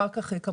אחר-כך, כמובן,